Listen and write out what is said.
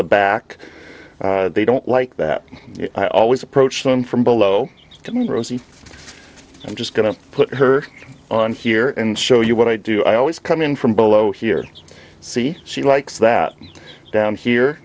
the back they don't like that i always approach them from below couldn't rosie i'm just going to put her on here and show you what i do i always come in from below here see she likes that down here